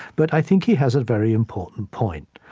but i think he has a very important point.